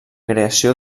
creació